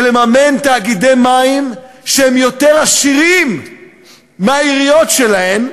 ולממן תאגידי מים שהם יותר עשירים מהעיריות שלהם.